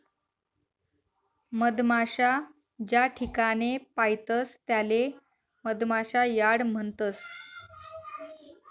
मधमाशा ज्याठिकाणे पायतस त्याले मधमाशा यार्ड म्हणतस